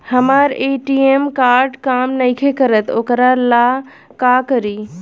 हमर ATM card काम नईखे करत वोकरा ला का करी?